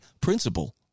principle